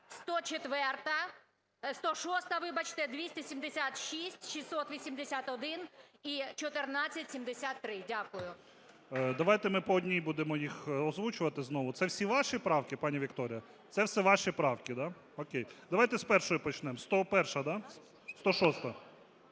106-а, вибачте, 276, 681 і 1473. Дякую. ГОЛОВУЮЧИЙ. Давайте ми по одній будемо їх озвучувати знову. Це всі ваші правки, пані Вікторія? Це все ваші правки, да? О'кей. Давайте з першої почнемо. 101-а, да? 106-а.